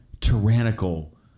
tyrannical